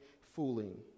fooling